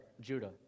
Judah